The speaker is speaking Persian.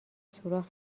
سوراخ